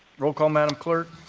roll call, madam clerk.